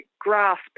grasp